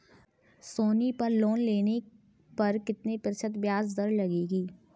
सोनी पर लोन लेने पर कितने प्रतिशत ब्याज दर लगेगी?